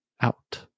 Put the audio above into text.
out